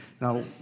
Now